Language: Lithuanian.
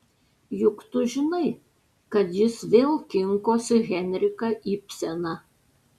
juk tu žinai kad jis vėl kinkosi henriką ibseną